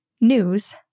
news